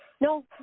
No